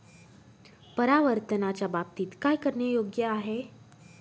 परावर्तनाच्या बाबतीत काय करणे योग्य आहे